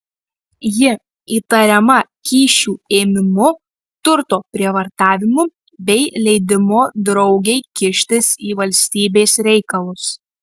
ji įtariama kyšių ėmimu turto prievartavimu bei leidimu draugei kištis į valstybės reikalus